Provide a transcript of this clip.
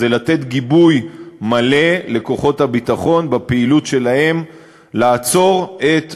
זה לתת גיבוי מלא לכוחות הביטחון בפעילות שלהם לעצירת המרצחים.